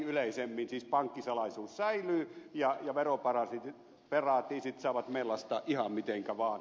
siis pankkisalaisuus säilyy ja veroparatiisit saavat mellastaa ihan mitenkä vaan